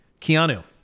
Keanu